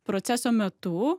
proceso metu